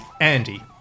Andy